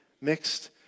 mixed